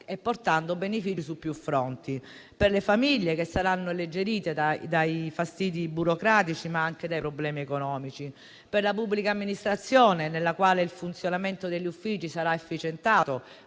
e portando benefici su più fronti: per le famiglie, che saranno alleggerite dai fastidi burocratici, ma anche dai problemi economici; per la pubblica amministrazione, nella quale il funzionamento degli uffici sarà efficientato,